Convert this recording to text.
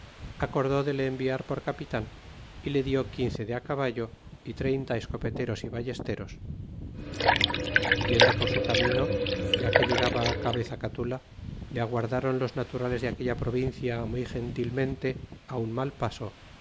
acordó de le enviar por capitan y le dió quince de á caballo y treinta escopeteros yballesteros é yendo por su camino ya que llegaba cabe zacatula le aguardaron los naturales de aquella provincia muy gentilmente a un mal paso